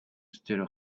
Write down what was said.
stereo